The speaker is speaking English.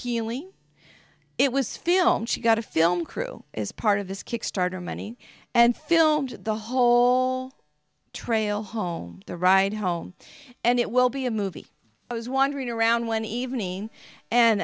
healy it was filmed she got a film crew is part of this kickstarter money and filmed the whole trail home the ride home and it will be a movie i was wandering around one evening and